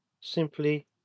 simply